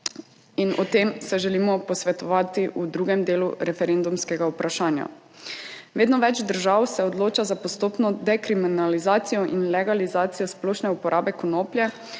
In o tem se želimo posvetovati v drugem delu referendumskega vprašanja. Vedno več držav se odloča za postopno dekriminalizacijo in legalizacijo splošne uporabe konoplje,